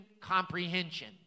comprehension